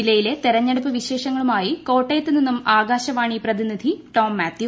ജില്ലയിലെ കൂടുതൽ തെരഞ്ഞെടുപ്പ് വിശേഷങ്ങളുമായി കോട്ടയത്തു നിന്നും ആകാശവാണി പ്രതിനിധി ടോം മാത്യു